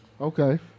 Okay